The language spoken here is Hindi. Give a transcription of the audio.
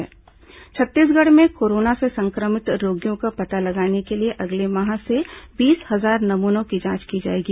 विधानसभा कोरोना बयान छत्तीसगढ़ में कोरोना से संक्रमित रोगियों का पता लगाने के लिए अगले माह से बीस हजार नमूनों की जांच की जाएगी